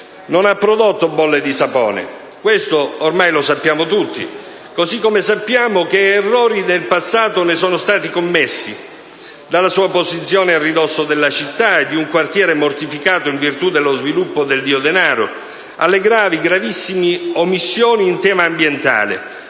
non ha prodotto bolle di sapone: questo ormai lo sappiamo tutti. Così come sappiamo che di errori nel passato ne sono stati commessi: dalla sua posizione, a ridosso della città e di un quartiere mortificato in virtù dello sviluppo del dio denaro, alle gravi, gravissime omissioni in tema ambientale.